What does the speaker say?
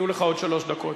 יהיו לך עוד שלוש דקות.